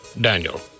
Daniel